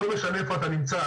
לא משנה איפה אתה נמצא,